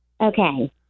Okay